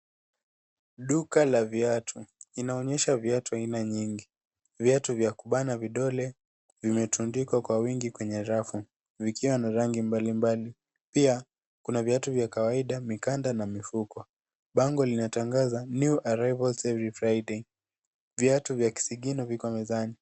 Duka la viatu inaonyesha viatu aina nyingi, viatu vya kubana vidole vimetundikwa kwa wingi kwenye rafu vikiwa na rangi mbali mbali. Pia kuna viatu vya kawaida mikanda na mifuko, bango linatangaza New Arrivals Every Friday. Viatu vya kisigino viko mezani.